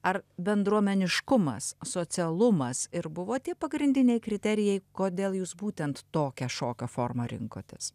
ar bendruomeniškumas socialumas ir buvo tie pagrindiniai kriterijai kodėl jūs būtent tokią šokio formą rinkotės